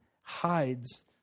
hides